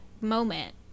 moment